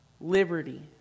liberty